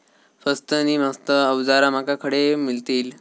स्वस्त नी मस्त अवजारा माका खडे मिळतीत?